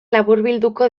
laburbilduko